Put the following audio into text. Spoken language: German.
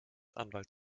anwalt